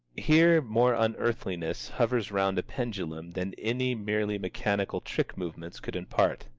here more unearthliness hovers round a pendulum than any merely mechanical trick-movements could impart.